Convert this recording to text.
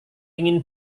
ingin